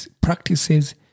practices